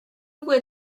would